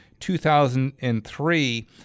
2003